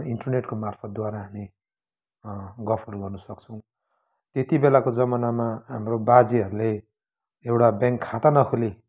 इन्टरनेटको मार्फतद्वारा हमी गफहरू गर्न सक्छौँ त्यति बेलाको जमनामा हाम्रो बाजेहरूले एउटा ब्याङ्क खाता नखोली